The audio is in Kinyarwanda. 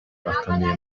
bakamiye